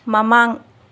ꯃꯃꯥꯡ